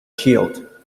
shield